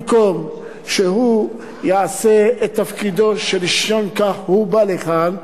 במקום שהוא יעשה את תפקידו, שלשם כך הוא בא לכאן,